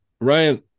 Ryan